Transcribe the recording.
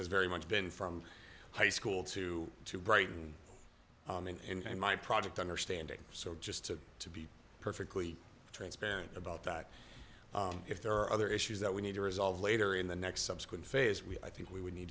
has very much been from high school to to brighten and i'm my project understanding so just to be perfectly transparent about that if there are other issues that we need to resolve later in the next subsequent phase we i think we would need